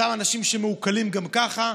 אותם אנשים שמעוקלים גם ככה,